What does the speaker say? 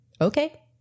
Okay